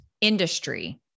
industry